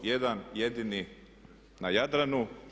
Jedan jedini na Jadranu.